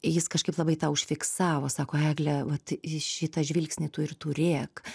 jis kažkaip labai tą užfiksavo sako egle vat šitą žvilgsnį tu ir turėk